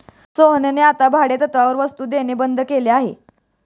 सोहनने आता भाडेतत्त्वावर वस्तु देणे बंद केले आहे